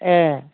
ए